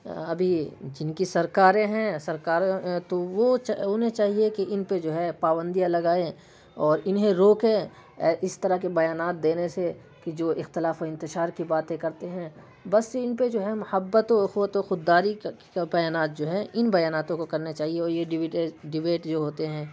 ابھی جن کی سرکاریں ہیں سرکار تو وہ انہیں چاہیے کہ ان پہ جو ہے پابندیاں لگائیں اور انہیں روکیں اس طرح کے بیانات دینے سے کہ جو اختلاف و انتشار کی باتیں کرتے ہیں بس ان پہ جو ہے محبت و اخوت و خود داری کا بیانات جو ہے ان بیاناتوں کو کرنا چاہیے اور یہ ڈیبیٹ جو ہوتے ہیں